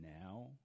now